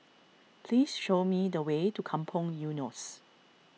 please show me the way to Kampong Eunos